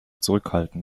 zurückhalten